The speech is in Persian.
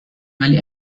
ولی